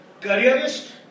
careerist